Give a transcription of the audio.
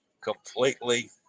completely